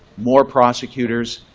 more prosecutors,